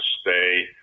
stay